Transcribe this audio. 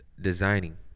designing